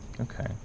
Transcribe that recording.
Okay